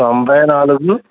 తొంభై నాలుగు